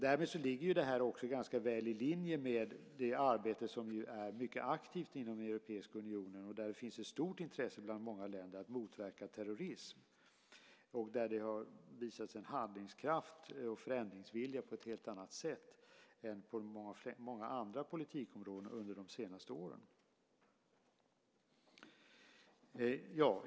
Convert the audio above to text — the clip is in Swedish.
Därmed ligger det här ganska väl i linje med det arbete som nu är mycket aktivt inom Europeiska unionen och där det finns ett stort intresse bland många länder att motverka terrorism. Där har de visat sin handlingskraft och förändringsvilja på ett helt annat sätt än på många andra politikområden under de senaste åren.